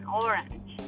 orange